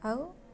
ଆଉ